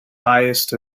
highest